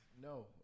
No